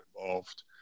involved